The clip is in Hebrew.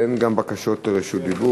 וגם אין בקשות לדיבור.